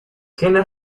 genes